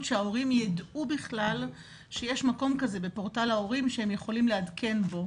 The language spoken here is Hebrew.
שההורים ידעו בכלל שיש מקום כזה בפורטל ההורים שהם יכולים לעדכן בו